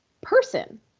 person